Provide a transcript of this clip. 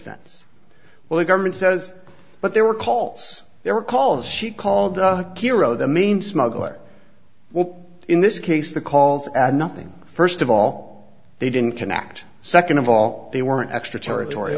fense well the government says but there were calls there were calls she called hero the main smuggler well in this case the calls add nothing first of all they didn't connect second of all they weren't extraterritor